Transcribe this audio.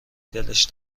دلش